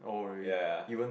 ya